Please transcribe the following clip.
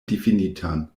difinitan